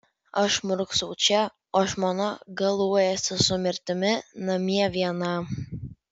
aš murksau čia o žmona galuojasi su mirtimi namie viena